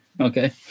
okay